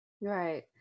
Right